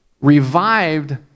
revived